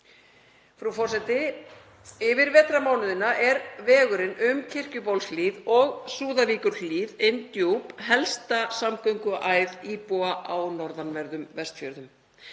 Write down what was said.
Frú forseti. Yfir vetrarmánuðina er vegurinn um Kirkjubólshlíð og Súðavíkurhlíð inn djúp helsta samgönguæð íbúa á norðanverðum Vestfjörðum.